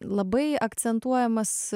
labai akcentuojamas